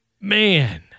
Man